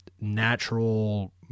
natural